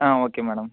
ah okay madam